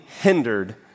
hindered